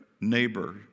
neighbor